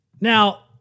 Now